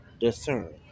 discern